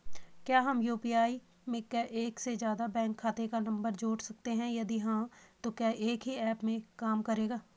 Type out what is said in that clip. क्या हम यु.पी.आई में एक से ज़्यादा बैंक खाते का नम्बर जोड़ सकते हैं यदि हाँ तो एक ही ऐप में काम करेगा?